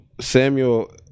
Samuel